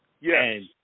Yes